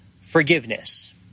forgiveness